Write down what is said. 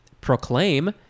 Proclaim